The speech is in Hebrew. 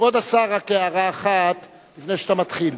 כבוד השר, רק הערה אחת, לפני שאתה מתחיל.